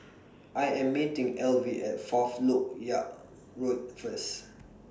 I Am meeting Elvie At Fourth Lok Ya Road First